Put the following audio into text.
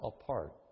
apart